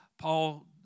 Paul